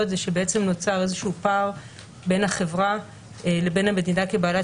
היא שבעצם נוצר איזשהו פער בין החברה לבין המדינה כבעלת